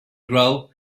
grow